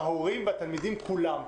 ההורים והתלמידים גם יחד.